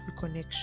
reconnection